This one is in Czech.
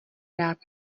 rád